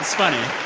funny